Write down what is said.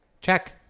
Check